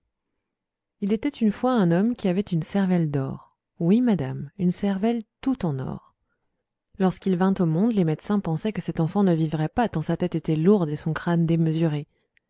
il était une fois un homme qui avait une cervelle d'or oui madame une cervelle toute en or lorsqu'il vint au monde les médecins pensaient que cet enfant ne vivrait pas tant sa tête était lourde et son crâne démesuré